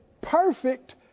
Perfect